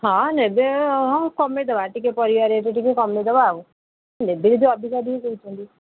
ହଁ ନେବେ ହଁ କମେଇଦେବା ଟିକେ ପରିବା ରେଟ୍ ଟିକେ କମେଇଦେବା ଆଉ ନେବେ ଯୋଉ ଅଧିକା ଟିକେ କହୁଛନ୍ତି